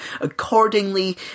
accordingly